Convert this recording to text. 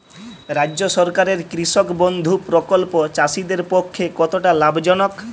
রাজ্য সরকারের কৃষক বন্ধু প্রকল্প চাষীদের পক্ষে কতটা লাভজনক?